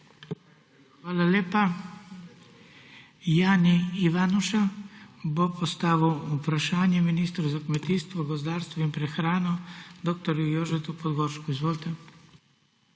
Hvala lepa. Jani Ivanuša bo postavil vprašanje ministru za kmetijstvo, gozdarstvo in prehrano dr. Jožetu Podgoršku. Izvolite.